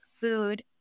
food